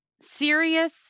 serious